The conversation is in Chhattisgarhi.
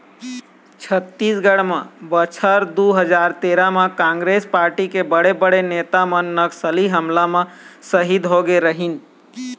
छत्तीसगढ़ म बछर दू हजार तेरा म कांग्रेस पारटी के बड़े बड़े नेता मन नक्सली हमला म सहीद होगे रहिन